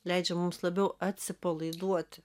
leidžia mums labiau atsipalaiduoti